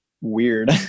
weird